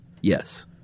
Yes